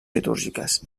litúrgiques